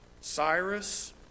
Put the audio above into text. Cyrus